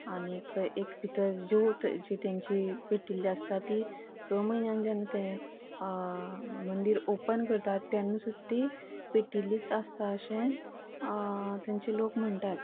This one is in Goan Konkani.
आनीक एक भितर ज्योत जे तेंची पेटिल्ली आसता ती स म्हयन्यान जेन्ना ते मंदीर ओपन करतात तेन्ना सुद्दां तीं पेटिल्लीच आसता अशें थंयचे लोक म्हणटात